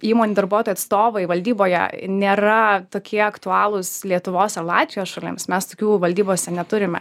įmonių darbuotojų atstovai valdyboje nėra tokie aktualūs lietuvos latvijos šalims mes tokių valdybose neturime